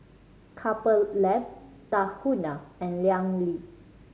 Couple Lab Tahuna and Liang